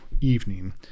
evening